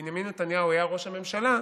ובנימין נתניהו היה ראש הממשלה,